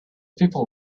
people